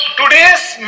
today's